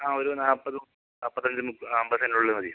ആ ഒരു നാപ്പത് നാപ്പത്തഞ്ച് മുപ്പ ആ അമ്പത് സെൻറ്റിനുള്ളിൽ മതി